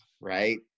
right